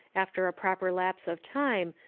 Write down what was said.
after a proper lapse of time,